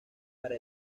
para